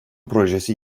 projesi